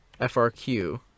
FRQ